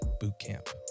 bootcamp